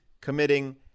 committing